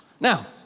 Now